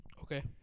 okay